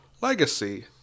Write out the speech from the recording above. Legacy